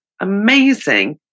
amazing